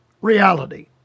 reality